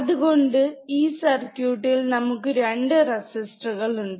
അതുകൊണ്ട് ഈ സർക്യൂട്ടിൽ നമുക്ക് രണ്ട് റെസിസ്റ്ററുകൾ ഉണ്ട്